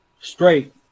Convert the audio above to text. straight